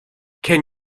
can